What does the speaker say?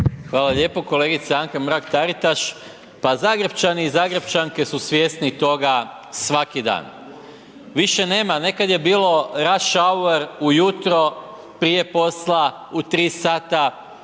Hvala lijepo. Kolegice Anka Mrak Taritaš, pa Zagrepčani i Zagrepčanke su svjesni toga svaki dan. Više nema, nekad je bilo rašauer ujutro, prije posla u tri sata